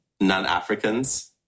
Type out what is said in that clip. non-Africans